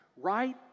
right